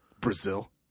Brazil